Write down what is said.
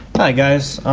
hi guys!